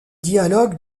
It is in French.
dialogues